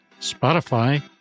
Spotify